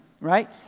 right